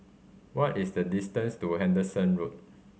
what is the distance to Henderson Road